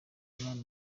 muri